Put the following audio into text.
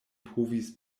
povis